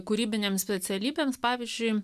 kūrybinėms specialybėms pavyzdžiui